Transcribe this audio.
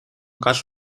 гал